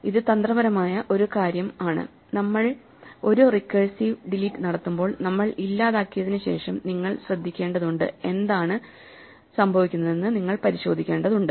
ഇത് ഒരു തന്ത്രപരമായ കാര്യമാണ് നമ്മൾ ഒരു റിക്കേഴ്സിവ് ഡിലീറ്റ് നടത്തുമ്പോൾ നമ്മൾ ഇല്ലാതാക്കിയതിന് ശേഷം നിങ്ങൾ ശ്രദ്ധിക്കേണ്ടതുണ്ട് എന്താണ് സംഭവിക്കുന്നതെന്ന് നിങ്ങൾ പരിശോധിക്കേണ്ടതുണ്ട്